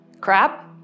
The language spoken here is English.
Crap